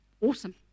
Awesome